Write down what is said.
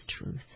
truth